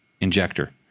injector